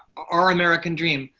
our american dream.